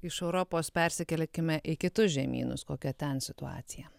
iš europos persikelkime į kitus žemynus kokia ten situacija